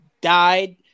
died